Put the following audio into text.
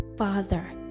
father